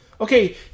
Okay